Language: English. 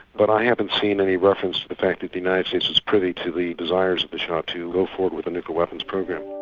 but i haven't seen any reference to the fact that the united states is privy to the desires of the shah to go forward with a nuclear weapons program.